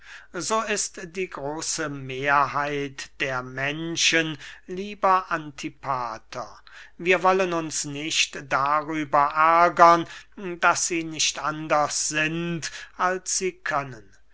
so ist die große mehrheit der menschen lieber antipater wir wollen uns nicht darüber ärgern daß sie nicht anders sind als sie können